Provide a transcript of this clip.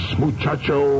muchacho